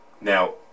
Now